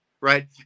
right